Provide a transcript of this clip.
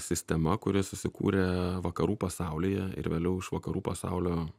sistema kuri susikūrė vakarų pasaulyje ir vėliau iš vakarų pasaulio